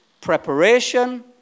Preparation